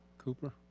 cooper?